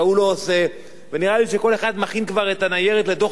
ונראה לי שכל אחד מכין כבר את הניירת לדוח מבקר המדינה הבא.